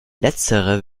letztere